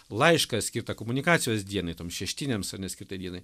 laišką skirtą komunikacijos dienai toms šeštinėms ar ne skirtai dienai